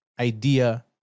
idea